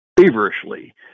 feverishly